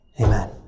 amen